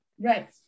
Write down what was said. right